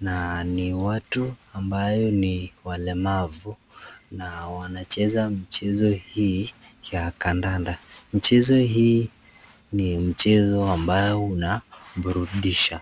na ni watu ambao ni walemavu na wanacheza mchezo hii ya kandanda. Mchezo hii ni mchezo ambao unaburudisha.